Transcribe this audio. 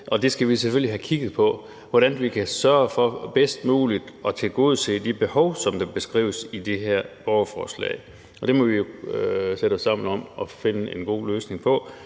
det skal vi selvfølgelig have kigget på, så vi kan finde ud af, hvordan vi kan sørge for bedst muligt at tilgodese de behov, som der beskrives i disse borgerforslag, og det må vi jo sætte os sammen om og finde en god løsning på,